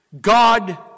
God